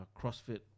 crossfit